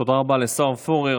תודה רבה לשר פורר.